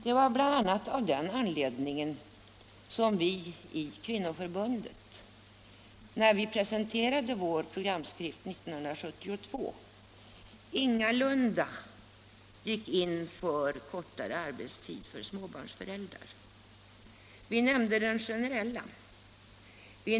Det var bl.a. av den anledningen som vi i Socialdemokratiska kvinnoförbundet, när vi presenterade vår programskrift 1972, ingalunda gick in för kortare arbetstid för småbarnsföräldrar. Vi nämnde den generella arbetstiden.